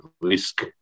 risk